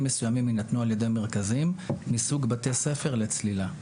מסוימים יינתנו על-ידי מרכזים מסוג בתי ספר לצלילה.